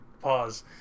pause